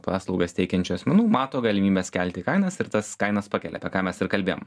paslaugas teikiančių asmenų mato galimybes kelti kainas ir tas kainas pakelia apie ką mes ir kalbėjom